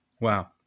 Wow